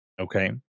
okay